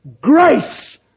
Grace